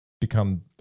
become